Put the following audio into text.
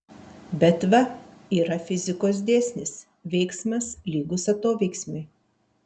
bet va yra fizikos dėsnis veiksmas lygus atoveiksmiui